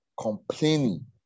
complaining